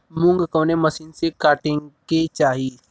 मूंग कवने मसीन से कांटेके चाही?